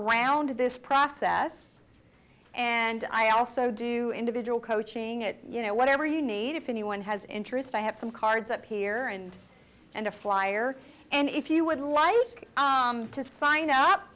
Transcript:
around this process and i also do individual coaching at you know whatever you need if anyone has interest i have some cards up here and and a flyer and if you would like to sign up